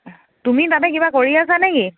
তুমি তাতে কিবা কৰি আছা নে কি